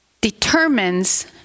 determines